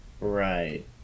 right